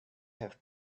have